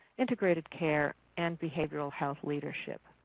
integrated care, and behavioral health leadership.